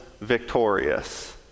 victorious